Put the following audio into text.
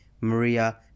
Maria